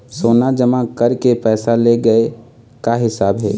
सोना जमा करके पैसा ले गए का हिसाब हे?